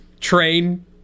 train